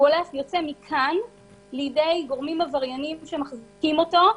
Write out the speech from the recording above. יוצא מכאן לידי גורמים עבריינים שמחזיקים אותו,